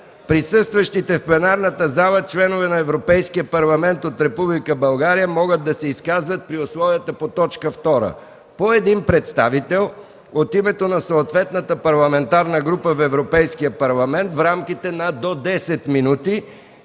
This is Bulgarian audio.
Присъстващите в пленарната зала членове на Европейския парламент от Република България могат да се изкажат при условията по т. 2 – по един представител от името на съответната парламентарна група в Европейския парламент в рамките на до 10 минути